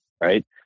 right